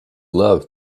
love